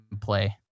play